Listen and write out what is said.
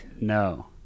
No